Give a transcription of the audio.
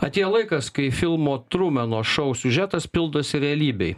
atėjo laikas kai filmo trumeno šou siužetas pildosi realybėj